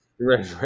right